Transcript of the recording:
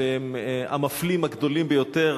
המפלים הגדולים ביותר,